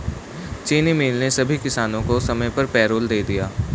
चीनी मिल ने सभी किसानों को समय पर पैरोल दे दिया